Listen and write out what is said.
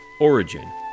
Origin